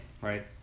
Right